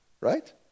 right